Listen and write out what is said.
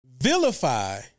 vilify